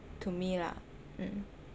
to me lah mm